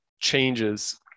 changes